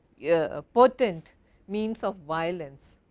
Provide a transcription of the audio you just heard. yeah ah potent means of violence.